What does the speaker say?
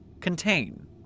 Contain